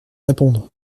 répondre